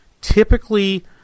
typically